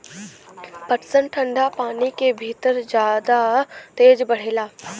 पटसन ठंडा पानी के भितर जादा तेज बढ़ेला